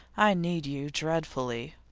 i need you dreadfully.